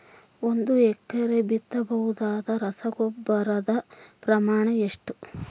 ಒಂದು ಎಕರೆಗೆ ಬಿತ್ತಬಹುದಾದ ರಸಗೊಬ್ಬರದ ಪ್ರಮಾಣ ಎಷ್ಟು?